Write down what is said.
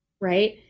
Right